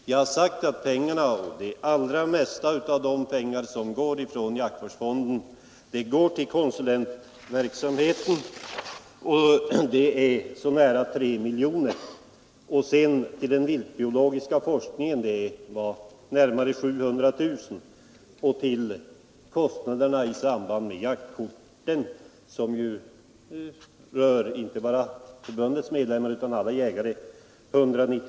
Jag har sagt att den största delen av pengarna från jaktvårdsfonden, närmare 3 miljoner kronor, används till konsulentverksamheten. Till den viltbiologiska forskningen går närmare 700 000 kronor och till kostnaderna i samband med jaktkorten, som inte bara rör förbundets medlemmar utan alla jägare, går närmare 200 000 kronor.